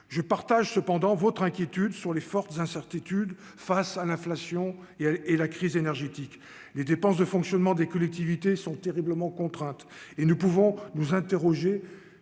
je partage cependant votre inquiétude sur les fortes incertitudes face à l'inflation et elle et la crise énergétique, les dépenses de fonctionnement des collectivités sont terriblement contrainte et nous pouvons nous interroger